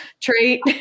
trait